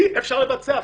אי-אפשר לבצע.